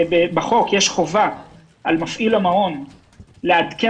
בחוק יש חובה על מפעיל המעון לעדכן